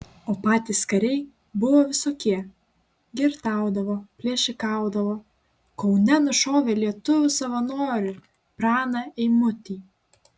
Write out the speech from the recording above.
o patys kariai buvo visokie girtaudavo plėšikaudavo kaune nušovė lietuvių savanorį praną eimutį